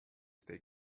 stay